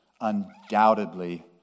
undoubtedly